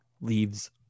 leaves